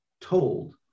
told